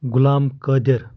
Ghulam Qadir